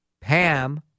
Pam